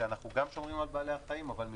שאנחנו גם שומרים על בעלי החיים, אבל מנגד,